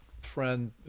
friend